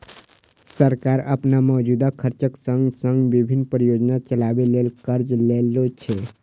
सरकार अपन मौजूदा खर्चक संग संग विभिन्न परियोजना चलाबै ले कर्ज लै छै